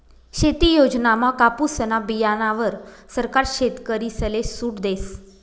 शेती योजनामा कापुसना बीयाणावर सरकार शेतकरीसले सूट देस